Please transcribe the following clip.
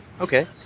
okay